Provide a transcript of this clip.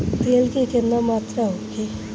तेल के केतना मात्रा होखे?